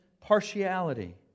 partiality